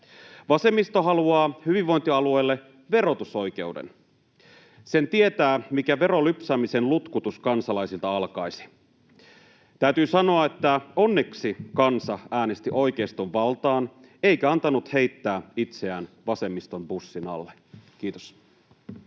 Vasemmisto haluaa hyvinvointialueille verotusoikeuden. Sen tietää, mikä veron lypsämisen lutkutus kansalaisilta alkaisi. Täytyy sanoa, että onneksi kansa äänesti oikeiston valtaan eikä antanut heittää itseään vasemmiston bussin alle. — Kiitos.